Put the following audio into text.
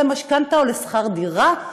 התחייבות למשכנתה או לשכר דירה,